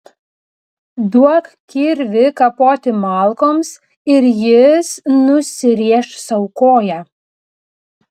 duok kirvį kapoti malkoms ir jis nusirėš sau koją